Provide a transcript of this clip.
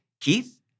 Keith